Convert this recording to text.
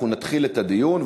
אנחנו נתחיל את הדיון,